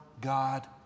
God